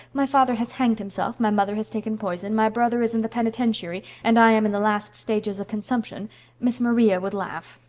my father has hanged himself, my mother has taken poison, my brother is in the penitentiary, and i am in the last stages of consumption miss maria would laugh.